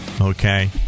okay